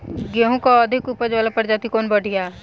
गेहूँ क अधिक ऊपज वाली प्रजाति कवन बढ़ियां ह?